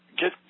get